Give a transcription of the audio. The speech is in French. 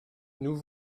nous